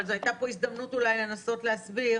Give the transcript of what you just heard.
אבל הייתה פה הזדמנות אולי לנסות להסביר